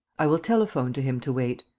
i will telephone to him to wait.